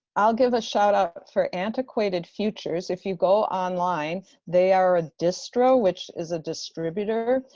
i'll give a shout-out for antiquated futures. if you go online, they are a distro, which is a distributor.